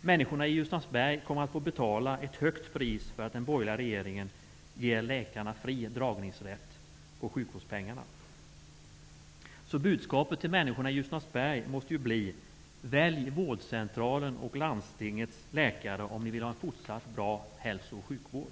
Människorna i Ljusnarsberg kommer att få betala ett högt pris för att den borgerliga regeringen ger läkarna fri dragningsrätt på sjukvårdspengarna. Så budskapet till människorna i Ljusnarsberg måste bli: Välj vårdcentralens och landstingets läkare om ni vill ha en fortsatt bra hälso och sjukvård.